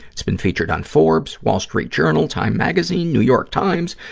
it's been featured on forbes, wall street journal, time magazine, new york times,